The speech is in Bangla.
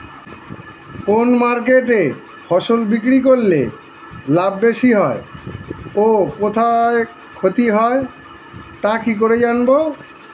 কোন মার্কেটে ফসল বিক্রি করলে লাভ বেশি হয় ও কোথায় ক্ষতি হয় তা কি করে জানবো?